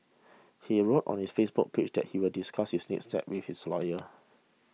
he wrote on his Facebook page that he will discuss his next steps with his lawyer